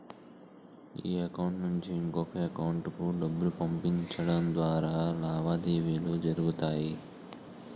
ఈ అకౌంట్ నుంచి ఇంకొక ఎకౌంటుకు డబ్బులు పంపించడం ద్వారా లావాదేవీలు జరుగుతాయి